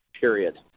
period